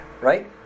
right